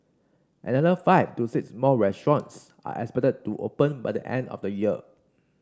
another five to six more restaurants are expected to open by the end of the year